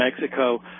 Mexico